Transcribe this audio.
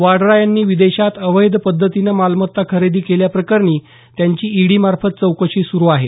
वाड्रा यांनी विदेशात अवैध पद्धतीनं मालमत्ता खरेदी केल्याप्रकरणी त्यांची ईडीमार्फत चौकशी सुरू आहे